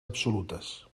absolutes